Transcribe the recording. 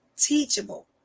teachable